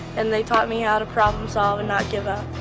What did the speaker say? and they taught me how to problem solve and not give up.